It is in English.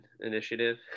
initiative